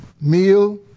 meal